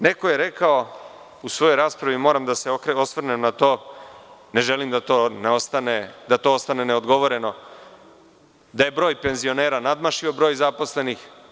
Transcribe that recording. Neko je rekao u svojoj raspravi, moram da se osvrnem na to, ne želim da to ostane neodgovoreno, da je broj penzionera nadmašio broj zaposlenih.